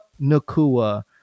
Nakua